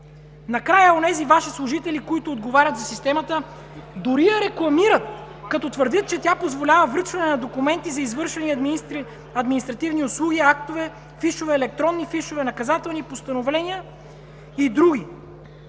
Накрая, онези Ваши служители, които отговарят за системата, дори я рекламират и твърдят, че тя позволява връчване на документи за извършени административни услуги, актове, фишове, електронни фишове, наказателни постановления и други